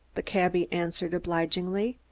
the cabby answered obligingly.